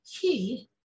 key